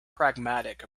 pragmatic